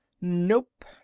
Nope